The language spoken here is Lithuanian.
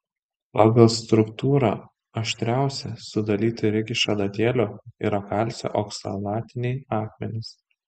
pagal struktūrą aštriausi sudaryti lyg iš adatėlių yra kalcio oksalatiniai akmenys